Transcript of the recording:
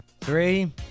three